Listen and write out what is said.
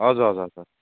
हजुर हजुर हजुर